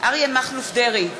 אריה מכלוף דרעי,